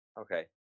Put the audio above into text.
Okay